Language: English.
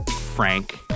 Frank